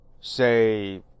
Say